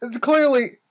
clearly